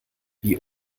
wie